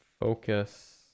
Focus